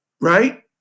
right